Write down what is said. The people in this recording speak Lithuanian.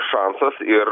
šansas ir